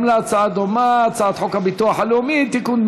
גם לה הצעה דומה, הצעת חוק הביטוח הלאומי (תיקון,